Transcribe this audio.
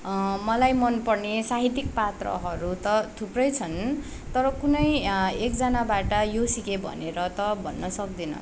मलाई मनपर्ने साहित्यिक पात्रहरू त थुप्रै छन् तर कुनै एकजनाबाट यो सिकेँ भनेर त भन्न सक्दिनँ